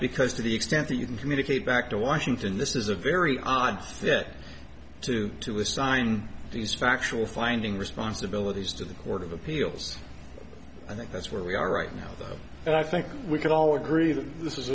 because to the extent that you can communicate back to washington this is a very odd bit to to assign these factual finding responsibilities to the court of appeals i think that's where we are right now and i think we can all agree th